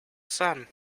sun